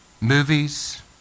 movies